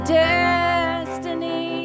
destiny